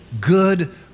good